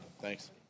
thanks